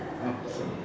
okay